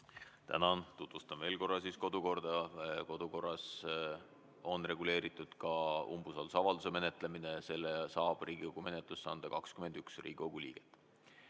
Tänan! Tutvustan veel kord kodukorda. Kodukorras on reguleeritud ka umbusalduse avalduse menetlemine, selle saab Riigikogu menetlusse anda 21 Riigikogu liiget.